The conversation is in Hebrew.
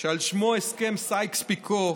שעל שמו הסכם סייקס-פיקו,